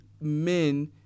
men